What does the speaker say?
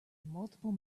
multiple